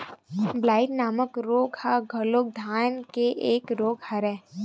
blight नामक रोग ह घलोक धान के एक रोग हरय